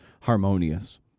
harmonious